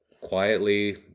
quietly